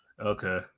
Okay